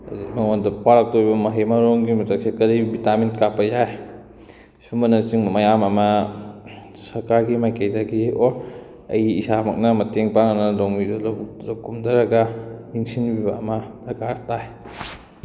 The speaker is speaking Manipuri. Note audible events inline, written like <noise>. ꯍꯥꯏꯕꯗꯤ ꯃꯉꯣꯟꯗ ꯄꯥꯜꯂꯛꯇꯣꯏꯕ ꯃꯍꯩ ꯃꯔꯣꯡꯒꯤ <unintelligible> ꯀꯔꯤ ꯚꯤꯇꯃꯤꯟ ꯀꯥꯞꯄ ꯌꯥꯏ ꯑꯁꯨꯝꯕꯅ ꯆꯤꯡꯕ ꯃꯌꯥꯝ ꯑꯃ ꯁꯔꯀꯥꯔꯒꯤ ꯃꯥꯏꯀꯩꯗꯒꯤ ꯑꯣꯔ ꯑꯩ ꯏꯁꯥꯅ ꯃꯇꯦꯡ ꯄꯥꯡꯉꯒ ꯂꯧꯃꯤꯗꯣ ꯂꯧꯕꯨꯛꯇ ꯀꯨꯝꯊꯔꯒ ꯅꯤꯡꯁꯤꯡꯕꯤꯕ ꯑꯃ ꯗꯥꯔꯀ ꯇꯥꯏ